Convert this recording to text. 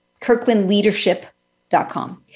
kirklandleadership.com